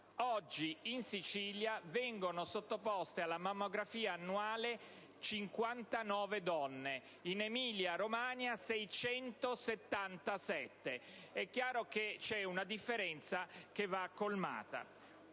oggi in Sicilia vengono sottoposte alla mammografia annuale 59 donne, in Emilia-Romagna 677. È chiaro che c'è una differenza che va colmata.